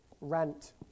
rant